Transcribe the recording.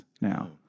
now